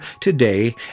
today